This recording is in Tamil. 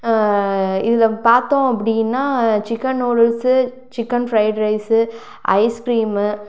இதில் பார்த்தோம் அப்படின்னா chicken noodles chicken fried rice ice cream